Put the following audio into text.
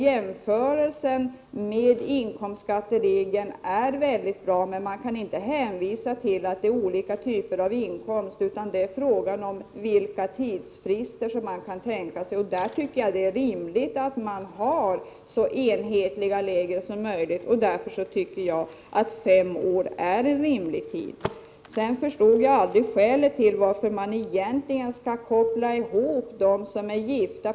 Jämförelsen med inkomstskatteregeln är bra, men jag anser att man inte kan hänvisa till att det rör sig om olika typer av inkomst, utan det är fråga om vilka tidsfrister man kan tänka sig. Det är rimligt att man har så enhetliga regler som möjligt, och därför anser jag att fem år är en rimlig tidsperiod. Jag förstod heller aldrig skälet till att man på detta sätt skall koppla ihop de som är gifta.